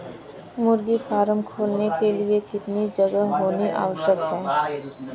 मुर्गी फार्म खोलने के लिए कितनी जगह होनी आवश्यक है?